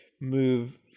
move